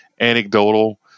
anecdotal